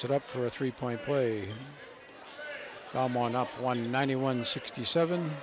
set up for a three point play on one up one ninety one sixty seven